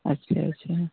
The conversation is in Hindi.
अच्छा अच्छा